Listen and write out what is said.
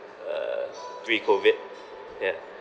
uh pre COVID yeah